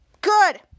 good